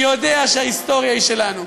יודע שההיסטוריה היא שלנו.